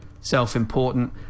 self-important